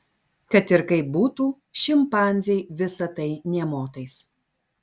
kad ir kaip būtų šimpanzei visa tai nė motais